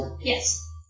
Yes